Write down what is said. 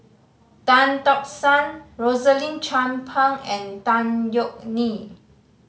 Tan Tock San Rosaline Chan Pang and Tan Yeok Nee